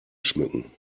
schmücken